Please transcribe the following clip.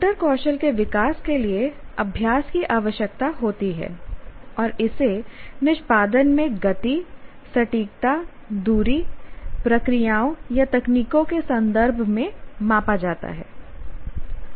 motor कौशल के विकास के लिए अभ्यास की आवश्यकता होती है और इसे निष्पादन में गति सटीकता दूरी प्रक्रियाओं या तकनीकों के संदर्भ में मापा जाता है